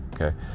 okay